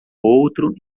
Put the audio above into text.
outro